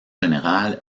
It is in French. général